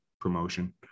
promotion